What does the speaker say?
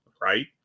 right